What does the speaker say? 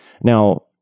Now